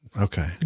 okay